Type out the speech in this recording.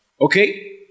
Okay